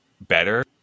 better